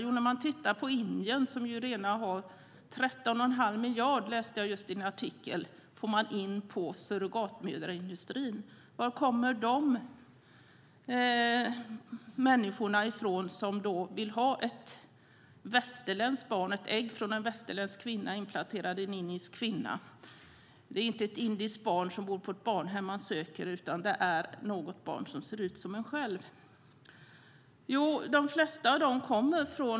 Indien får till exempel redan in 13 1⁄2 miljarder på surrogatmödraindustrin. Var kommer de människorna ifrån som vill ha ett västerländskt barn, alltså från en västerländsk kvinnas ägg som planterats in i en indisk kvinna? Det är inte ett indiskt barn som bor på ett barnhem man söker, utan det är ett barn som ser ut som en själv.